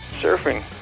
surfing